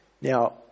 Now